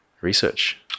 research